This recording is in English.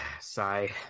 Sigh